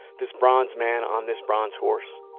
this bronze man on this bronze horse,